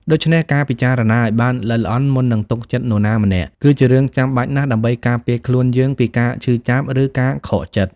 ដូច្នេះ ការពិចារណាឲ្យបានល្អិតល្អន់ មុននឹងទុកចិត្តនរណាម្នាក់ គឺជារឿងចាំបាច់ណាស់ដើម្បីការពារខ្លួនយើងពីការឈឺចាប់ ឬការខកចិត្ត។